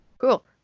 Cool